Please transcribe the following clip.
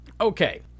okay